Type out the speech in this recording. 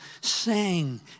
sing